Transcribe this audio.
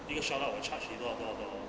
一个 shout out 我 charge 你多好多好多 orh